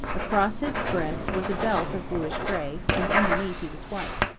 across his breast was a belt of bluish-gray, and underneath he was white.